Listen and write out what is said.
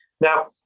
Now